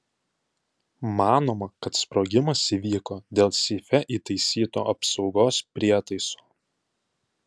manoma kad sprogimas įvyko dėl seife įtaisyto apsaugos prietaiso